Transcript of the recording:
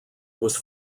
was